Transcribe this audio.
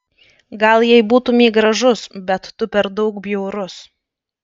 gal jei būtumei gražus bet tu per daug bjaurus